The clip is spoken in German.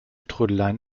trödeleien